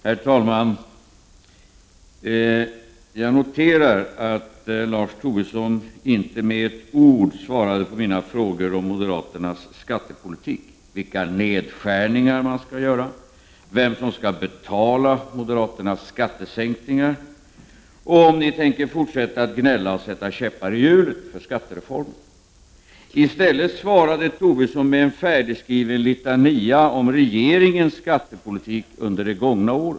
Herr Talman! Jag noterar att Lars Tobisson inte med ett ord svarade på mina frågor om moderaternas skattepolitik, om vilka nedskärningar som skall göras, om vem som skall betala moderaternas skattesänkningar och om ni tänker fortsätta att gnälla och sätta käppar i hjulet för skattereformen. I stället svarade Tobisson med en färdigskriven litania om regeringens skattepolitik under det gångna året.